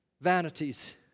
Vanities